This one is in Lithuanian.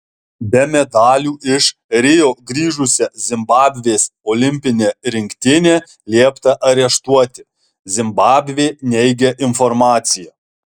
be medalių iš rio grįžusią zimbabvės olimpinę rinktinę liepta areštuoti zimbabvė neigia informaciją